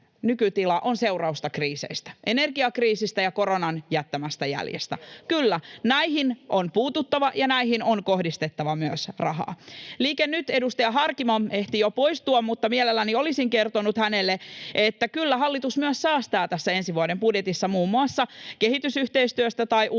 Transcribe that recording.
on seurausta kriiseistä: energiakriisistä ja koronan jättämästä jäljestä. Kyllä, näihin on puututtava ja näihin on kohdistettava myös rahaa. Liike Nyt ‑edustaja Harkimo ehti jo poistua, mutta mielelläni olisin kertonut hänelle, että kyllä hallitus myös säästää tässä ensi vuoden budjetissa muun muassa kehitysyhteistyöstä tai uusien